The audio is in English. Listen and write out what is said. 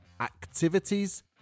activities